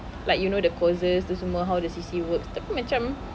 like you know the courses tu semua how the C_C works tapi macam